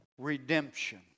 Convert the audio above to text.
redemption